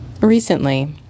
Recently